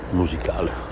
musicale